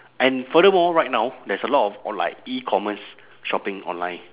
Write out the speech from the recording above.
and furthermore right now there's a lot of of like E commerce shopping online